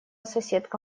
соседка